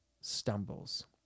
stumbles